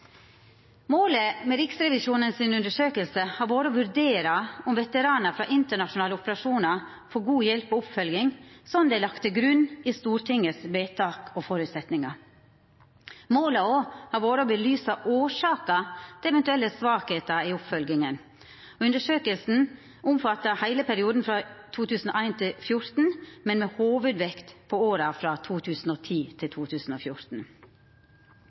Målet med Riksrevisjonen si undersøking har vore å vurdera om veteranar frå internasjonale operasjonar får god hjelp og oppfølging, slik det er lagt til grunn i Stortinget sine vedtak og føresetnader. Målet har òg vore å belysa årsaker til eventuelle svakheiter i oppfølginga. Undersøkinga omfattar heile perioden frå 2001 til 2014, men med hovudvekt på åra frå 2010 til 2014.